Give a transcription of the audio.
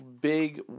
big